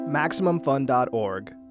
MaximumFun.org